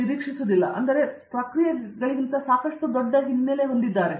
ಅರಂದಾಮ ಸಿಂಗ್ ಆದ್ದರಿಂದ ಅವರು ಇತರ ಪ್ರಕ್ರಿಯೆಗಳಿಗಿಂತ ಸಾಕಷ್ಟು ದೊಡ್ಡ ಹಿನ್ನೆಲೆ ಹೊಂದಿದ್ದಾರೆ